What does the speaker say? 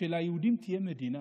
שליהודים תהיה מדינה,